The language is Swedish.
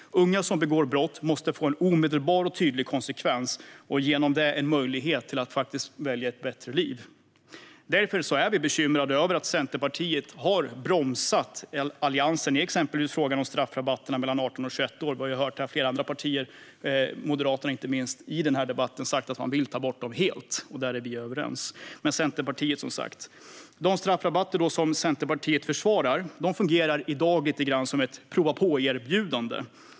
Unga som begår brott måste få känna på en omedelbar och tydlig konsekvens och genom det få möjlighet att välja ett bättre liv. Därför är vi bekymrade över att Centerpartiet har bromsat Alliansen, exempelvis i frågan om straffrabatterna för personer mellan 18 och 21 år. Vi har hört flera andra partier säga att man vill ta bort dem, inte minst Moderaterna, som i den här debatten har sagt att de vill ta bort dem helt. Där är vi överens. Men det gäller som sagt inte Centerpartiet. De straffrabatter som Centerpartiet försvarar fungerar i dag lite som ett prova-på-erbjudande.